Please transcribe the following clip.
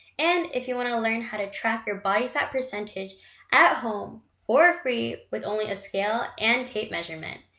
and if you wanna learn how to track your body fat percentage at home for free with only a scale and tape measurement,